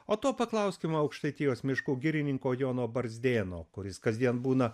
o to paklauskim aukštaitijos miškų girininko jono barzdėno kuris kasdien būna